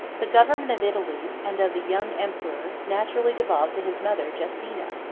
the government of italy, and of the young emperor, naturally devolved to his mother justina,